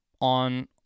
on